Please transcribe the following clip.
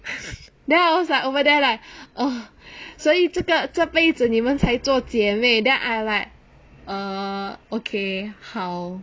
then I was like over there like ugh 所以这个这辈子你们才做姐妹 then I like err okay how